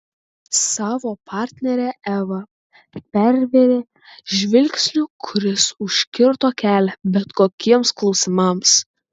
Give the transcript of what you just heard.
savo partnerę eva pervėrė žvilgsniu kuris užkirto kelią bet kokiems klausimams